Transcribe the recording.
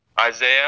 Isaiah